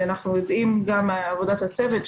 אנחנו יודעים גם מעבודת הצוות,